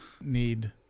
need